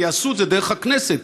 ויעשו את זה דרך הכנסת,